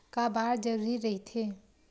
का बार जरूरी रहि थे?